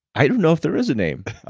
i don't know if there is a name.